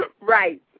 Right